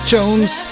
Jones